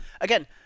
Again